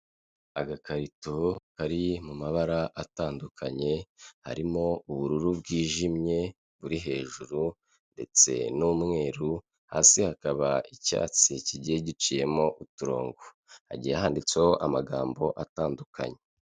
Agakarito kari mu mabara atandukanye harimo ubururu bwijimye buri hejuru ndetse n'umweru, hasi hakaba icyatsi kigiye giciyemo uturongo, hagiye handitseho amagambo atandukanye.